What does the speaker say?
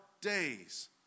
days